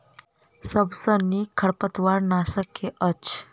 सबसँ नीक खरपतवार नाशक केँ अछि?